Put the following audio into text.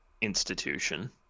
institution